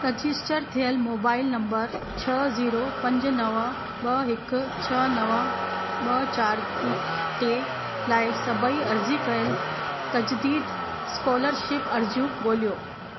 register थियल mobile number छह zero पंज नव ॿ हिकु छह नव ॿ चारि थी ते लाइ सभई अर्ज़ी कयल तज़दीद स्कॉलरशिप अर्ज़ियूं ॻोल्हियो